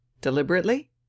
Deliberately